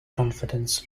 confidence